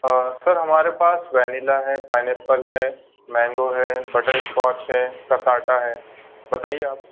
हाँ सर हमारे पास वनीला है पाइनएप्पल है मैंगो है बटरस्कॉच है कसाटा है बताइए आप